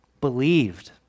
Believed